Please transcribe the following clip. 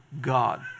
God